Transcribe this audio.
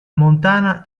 montana